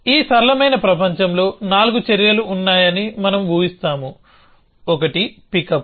ఈ సరళమైన ప్రపంచంలో నాలుగు చర్యలు ఉన్నాయని మనం ఊహిస్తాము ఒకటి పికప్